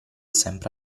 sempre